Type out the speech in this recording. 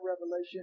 revelation